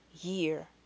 year